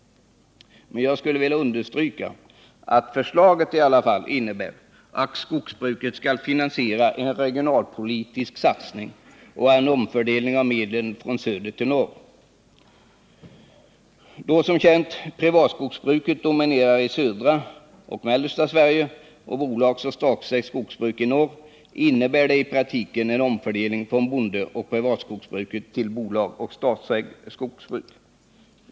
Men jag skulle ändå vilja understryka, att förslaget innebär att skogsbruket skall finansiera en regionalpolitisk satsning och en omfördelning av medlen från söder till norr. Då som bekant privatskogsbruket dominerar i södra och mellersta Sverige och bolagsoch statsägt skogsbruk i norr, innebär det i praktiken en omfördelning från bondeoch privatskogsbruk till bolagsoch statsägt skogsbruk.